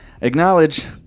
acknowledge